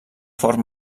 fort